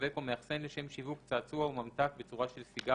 משווק או מאחסן לשם שיווק צעצוע או ממתק בצורה של סיגריה,